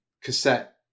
cassette